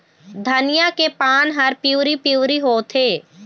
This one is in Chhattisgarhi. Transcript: धनिया के पान हर पिवरी पीवरी होवथे?